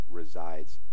resides